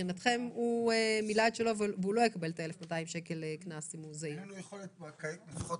מבחינתכם הוא מילא את שלו והוא לא יקבל קנס של 1,200 שקל אם הוא זעיר.